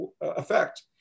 effect